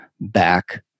back